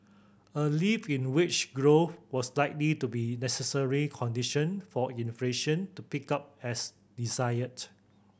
a lift in wage growth was likely to be a necessary condition for inflation to pick up as desired